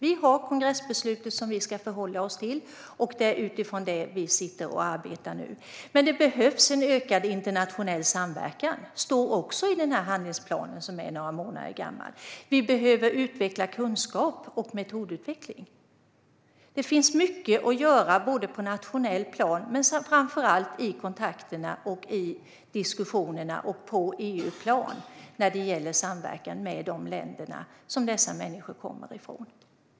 Vi har kongressbeslutet som vi ska förhålla oss till, och utifrån det sitter vi nu och arbetar. Det står dock också i handlingsplanen, som är några månader gammal, att det behövs en ökad internationell samverkan. Vi behöver utveckla kunskap och metoder. Det finns mycket att göra, på det nationella planet men framför allt i kontakterna och diskussionerna på EU-planet, när det gäller samverkan med de länder som dessa människor kommer från.